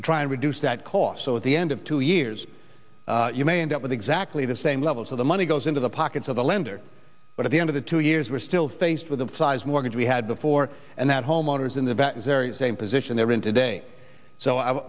to try and reduce that cost so at the end of two years you may end up with exactly the same levels of the money goes into the pockets of the lender but at the end of the two years we're still faced with the size mortgage we had before and that homeowners in the vat is very same position they're in today so i